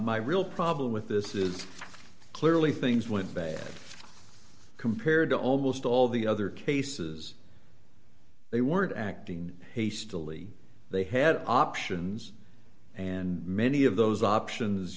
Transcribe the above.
real problem with this is clearly things went bad compared to almost all the other cases they weren't acting hastily they had options and many of those options